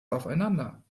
aufeinander